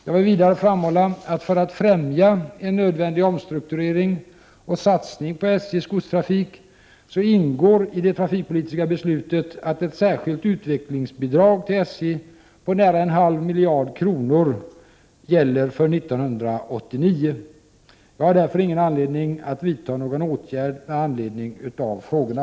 Jag vill vidare framhålla, att för att fftämja en nödvändig omstrukturering och satsning på SJ:s godstrafik ingår i det trafikpolitiska beslutet ett särskilt utvecklingsbidrag till SJ på nära en halv miljard kronor för år 1989. Jag har därför ingen anledning att vidta någon åtgärd med anledning av frågorna.